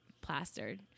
plastered